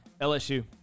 LSU